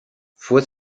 fue